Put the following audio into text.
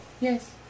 Yes